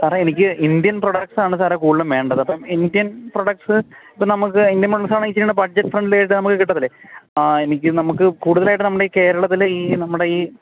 സാറേ എനിക്ക് Indian products ആണ് സാറേ കൂടുതലും വേണ്ടത് അപ്പം ഇൻഡ്യൻ പ്രോഡക്ടസ് ഇപ്പം നമുക്ക് ഇൻഡ്യൻ പ്രോഡക്ട്സ് ആണ് ഇച്ചിരികൂടെ ബഡ്ജറ്റ് ഫ്രണ്ട്ലി ആയിട്ട് നമുക്ക് കിട്ടത്തില്ലേ ആ എനിക്ക് നമുക്ക് കൂടുതലായിട്ടും നമ്മൾ ഈ കേരളത്തിൻ്റെ ഈ നമ്മുടെ ഈ